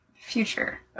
Future